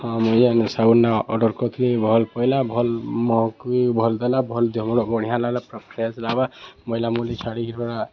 ହଁ ମୁଁ ଯେନ୍ ସାବୁନଟା ଅର୍ଡ଼ର କରିଥିଲି ଭଲ୍ ପଡ଼ିଲା ଭଲ୍ ମହକ ବି ଭଲ୍ ଦେଲା ଭଲ୍ ଦେମର ବଢ଼ିଆ ଲାଗଲା ଫ୍ରେସ୍ ଲାଗବା ମଇଳା ମୁଳି ଛାଢ଼ିକି ପୁରା